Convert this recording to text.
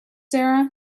sarah